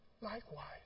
likewise